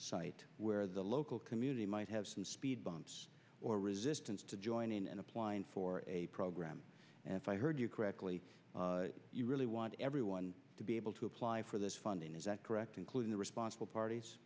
site where the local community might have some speed bumps or resistance to joining and applying for a program and if i heard you correctly you really want everyone to be able to apply for this funding is that correct including the responsible parties